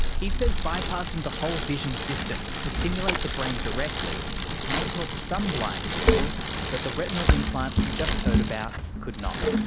he says bypassing the whole vision system to stimulate the brain directly may help some blind people that the retinal implant we've just heard about could not.